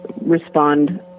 respond